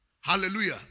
Hallelujah